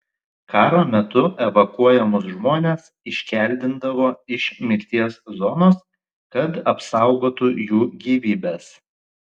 karo metu evakuojamus žmones iškeldindavo iš mirties zonos kad apsaugotų jų gyvybes